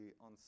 on